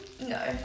No